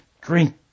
Drink